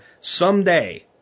someday